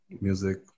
Music